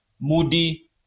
moody